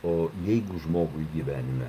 o jeigu žmogui gyvenime